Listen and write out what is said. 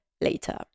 later